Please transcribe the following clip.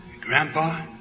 Grandpa